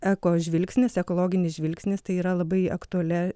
eko žvilgsnis ekologinis žvilgsnis tai yra labai aktuali